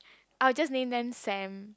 I will just name them Sam